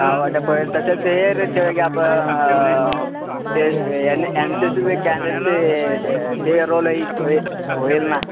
का वाटे पडेल तसेच हे रेट ठेवायचे आपण ते एन एन सी सीचे कॅनडचे ते ते रोल होईल ना